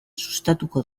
sustatuko